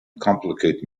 complicate